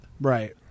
Right